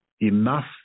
enough